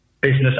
business